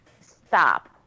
stop